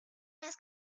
las